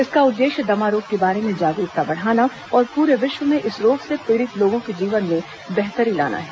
इसका उद्देश्य दमा रोग के बारे में जागरूकता बढ़ाना और पूरे विश्व में इस रोग से पीड़ित लोगों के जीवन में बेहतरी लाना है